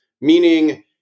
meaning